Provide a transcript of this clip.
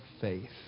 faith